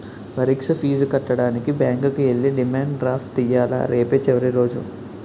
పరీక్ష ఫీజు కట్టడానికి బ్యాంకుకి ఎల్లి డిమాండ్ డ్రాఫ్ట్ తియ్యాల రేపే చివరి రోజు